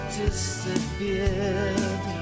disappeared